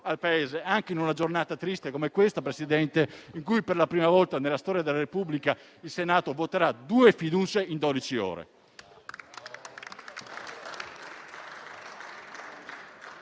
al Paese, anche in una giornata triste come questa, signor Presidente, in cui, per la prima volta, nella storia della Repubblica, il Senato voterà due fiducie in dodici